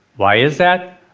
why is that?